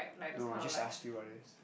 no I just ask you what is it